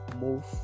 move